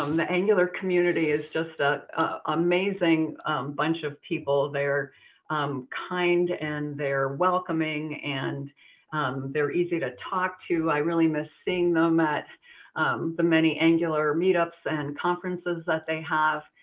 um the angular community is just an ah amazing bunch of people. they are um kind and they're welcoming and they're easy to talk to. i really miss seeing them at the many angular meetups and conferences that they have.